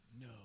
No